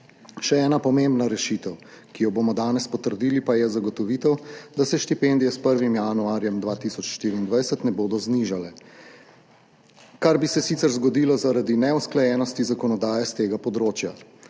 Še ena pomembna rešitev, ki jo bomo danes potrdili, pa je zagotovitev, da se štipendije s 1. januarjem 2024 ne bodo znižale, kar bi se sicer zgodilo zaradi neusklajenosti zakonodaje s tega področja.